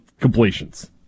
completions